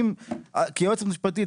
כיועצת משפטית,